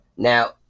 Now